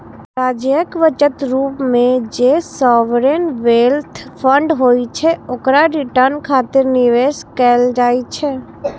राज्यक बचत रूप मे जे सॉवरेन वेल्थ फंड होइ छै, ओकरा रिटर्न खातिर निवेश कैल जाइ छै